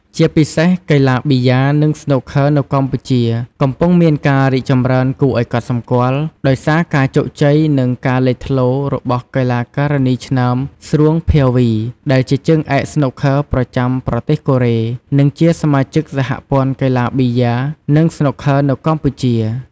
ជាពិសេសកីឡាប៊ីយ៉ានិងស្នូកឃ័រនៅកម្ពុជា កំពុងមានការរីកចម្រើនគួរឱ្យកត់សម្គាល់ ដោយសារការជោគជ័យនិងការលេចធ្លោរបស់កីឡាការិនីឆ្នើម ស្រួង ភាវី ដែលជាជើងឯកស្នូកឃ័រប្រចាំប្រទេសកូរ៉េ និងជាសមាជិកសហព័ន្ធកីឡាប៊ីយ៉ា និងស្នូកឃ័រនៅកម្ពុជា។